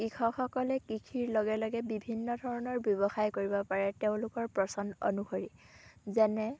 কৃষকসকলে কৃষিৰ লগে লগে বিভিন্ন ধৰণৰ ব্যৱসায় কৰিব পাৰে তেওঁলোকৰ পচন্দ অনুসৰি যেনে